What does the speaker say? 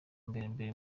mbere